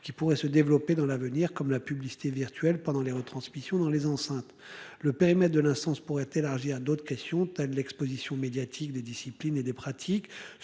qui pourrait se développer dans l'avenir comme la publicité virtuelle pendant les retransmissions dans les enceintes. Le périmètre de l'instance pourrait être élargi à d'autres questions tu as de l'Exposition médiatique des disciplines et des pratiques